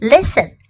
Listen